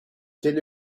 quel